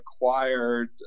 acquired